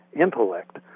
intellect